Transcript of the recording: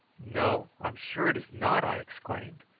no, i'm sure it is not! i exclaimed.